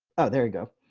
oh, there you go.